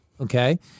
okay